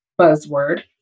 buzzword